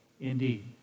indeed